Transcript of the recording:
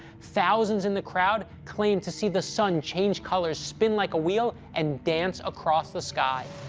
thousands in the crowd claimed to see the sun change color, spin like a wheel, and dance across the sky.